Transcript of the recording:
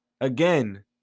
again